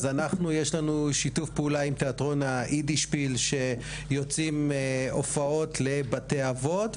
אז יש לנו שיתוף פעולה עם תיאטרון היידישפיל שיוצאים הופעות לבתי אבות,